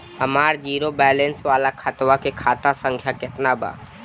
हमार zero balance वाला खतवा के खाता संख्या केतना बा?